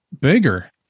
bigger